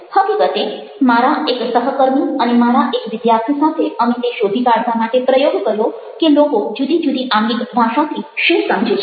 હકીકતે મારા એક સહકર્મી અને મારા એક વિદ્યાર્થી સાથે અમે તે શોધી કાઢવા માટે પ્રયોગ કર્યો કે લોકો જુદી જુદી આંગિક ભાષાથી શું સમજે છે